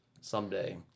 someday